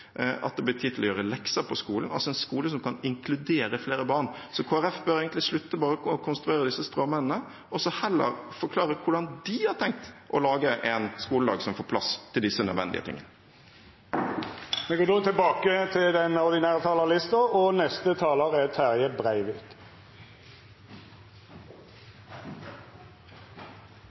at det blir tid til mer fysisk aktivitet, at det blir tid til å gjøre lekser på skolen – altså en skole som kan inkludere flere barn. Så Kristelig Folkeparti bør egentlig slutte å konstruere disse stråmennene og heller forklare hvordan de har tenkt å lage en skoledag som får plass til disse nødvendige tingene. Replikkordskiftet er slutt. Noko av det beste med Noreg er fellesskap tufta på samhald og